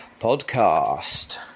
Podcast